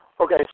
Okay